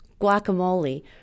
guacamole